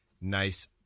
Nice